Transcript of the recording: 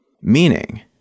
Meaning